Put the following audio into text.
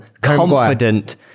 confident